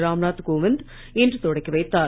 ராம்நாத் கோவிந்த் இன்று தொடக்கி வைத்தார்